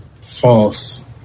False